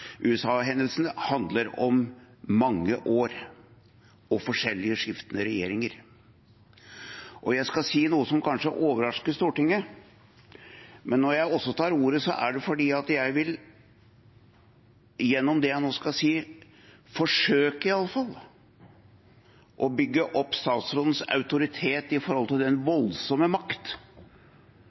handler om mange år og forskjellige, skiftende regjeringer. Og jeg skal si noe som kanskje overrasker Stortinget. Når jeg tar ordet, er det også fordi jeg gjennom det jeg nå skal si, vil – iallfall – forsøke å bygge opp statsrådens autoritet i forhold til den voldsomme